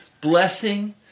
Blessing